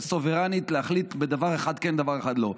סוברנית להחליט בדבר אחד כן ובדבר אחד לא,